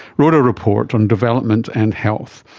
wrote a report on development and health,